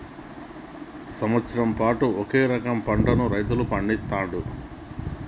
సంవత్సరం పాటు ఒకే రకం పంటలను రైతులు పండిస్తాండ్లు